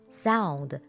sound